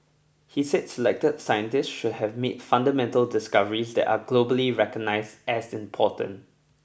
he said selected scientists should have made fundamental discoveries that are globally recognised as important